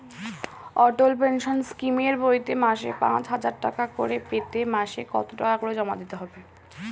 অটল pension স্কিমের বইতে মাসে পাঁচ হাজার টাকা করে পেতে মাসে কত টাকা করে জমা দিতে হবে?